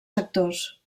sectors